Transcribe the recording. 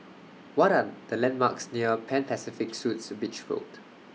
What Are The landmarks near Pan Pacific Suites Beach Road